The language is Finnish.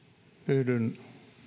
yhdyn